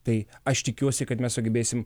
tai aš tikiuosi kad mes sugebėsim